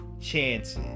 chances